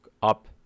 up